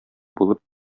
булып